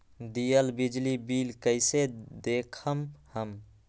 दियल बिजली बिल कइसे देखम हम?